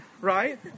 right